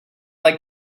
like